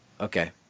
okay